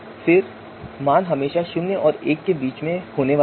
फिर मान हमेशा शून्य और एक के बीच रहने वाले हैं